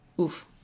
Oof